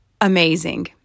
amazing